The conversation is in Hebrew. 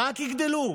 רק יגדלו,